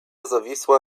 zawisła